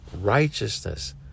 righteousness